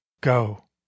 go